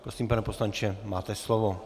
Prosím, pane poslanče, máte slovo.